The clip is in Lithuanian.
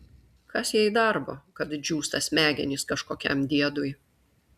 kas jai darbo kad džiūsta smegenys kažkokiam diedui